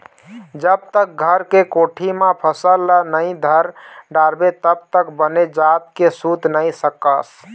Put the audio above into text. जब तक घर के कोठी म फसल ल नइ धर डारबे तब तक बने जात के सूत नइ सकस